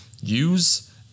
Use